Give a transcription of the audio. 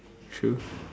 true